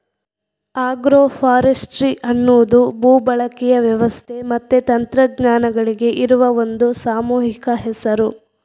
agro forestry ಅನ್ನುದು ಭೂ ಬಳಕೆಯ ವ್ಯವಸ್ಥೆ ಮತ್ತೆ ತಂತ್ರಜ್ಞಾನಗಳಿಗೆ ಇರುವ ಒಂದು ಸಾಮೂಹಿಕ ಹೆಸರು